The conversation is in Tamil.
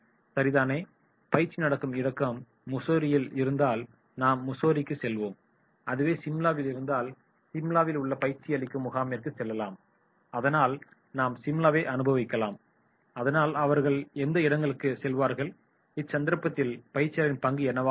சரிதானே பயிற்சி நடக்கும் இடம் முசோரியில் இருந்தால் நாம் முசோரிக்குச் செல்வோம் அதுவே சிம்லாவில் இருந்தால் சிம்லாவில் உள்ள பயிற்சி அளிக்கும் முகாமிற்கு செல்லலாம் அதனால் நாம் சிம்லாவை அனுபவிக்கலாம் அதனால் அவர்கள் எந்த இடங்களுக்கும் செல்வார்கள் இச்சந்தர்ப்பத்தில் பயிற்சியாளரின் பங்கு என்னவாக இருக்கும்